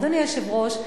אדוני היושב-ראש,